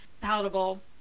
palatable